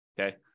Okay